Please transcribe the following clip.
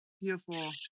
beautiful